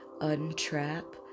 untrap